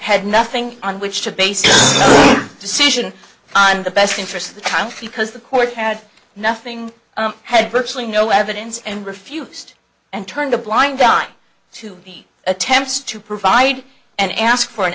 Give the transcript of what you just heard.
had nothing on which to base a decision on the best interest of the time because the court had nothing had virtually no evidence and refused and turned a blind eye to the attempts to provide and ask for an